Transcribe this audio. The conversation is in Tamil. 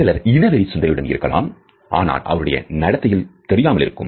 சிலர் இனவெறி சிந்தனையுடன் இருக்கலாம் ஆனால் அது அவருடைய நடத்தையில் தெரியாமல் இருக்கும்